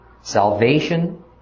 Salvation